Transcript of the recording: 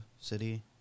city